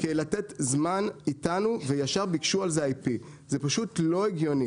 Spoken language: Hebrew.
לתת זמן איתנו וישר ביקשו על זה IP. זה פשוט לא הגיוני